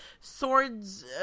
swords